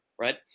right